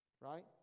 right